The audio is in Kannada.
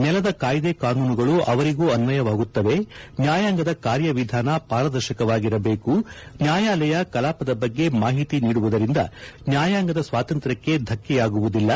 ನೆಲದ ಕಾಯ್ಲೆ ಕಾನೂನುಗಳು ಅವರಿಗೂ ಅಸ್ವಯವಾಗುತ್ತವೆ ನ್ನಾಯಾಂಗದ ಕಾರ್ಯ ವಿಧಾನ ಪಾರದರ್ಶಕವಾಗಿರಬೇಕು ನ್ನಾಯಾಲಯ ಕಲಾಪದ ಬಗ್ಗೆ ಮಾಹಿತಿ ನೀಡುವುದರಿಂದ ನ್ನಾಯಾಂಗದ ಸ್ನಾತಂತ್ರ್ಹ್ಮೆ ಧಕ್ಷೆಯಾಗುವುದಿಲ್ಲ